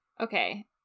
okay